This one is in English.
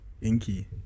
Inky